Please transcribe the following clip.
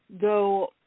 go